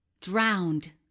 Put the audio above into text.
drowned